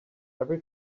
every